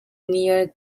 near